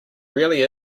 really